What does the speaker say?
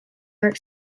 york